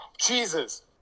Jesus